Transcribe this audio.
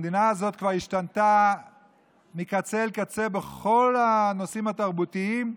המדינה הזאת כבר השתנתה מקצה אל קצה בכל הנושאים התרבותיים,